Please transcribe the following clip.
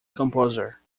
composer